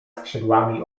skrzydłami